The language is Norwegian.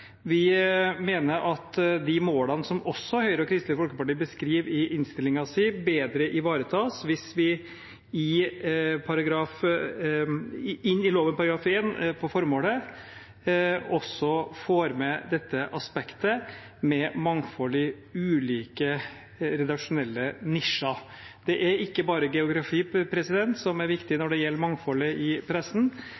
Vi mener at de målene som også Høyre og Kristelig Folkeparti beskriver i innstillingen, bedre ivaretas hvis vi inn i lovens § 1, om formålet, også får med dette aspektet med mangfold i ulike redaksjonelle nisjer. Det er ikke bare geografi som er viktig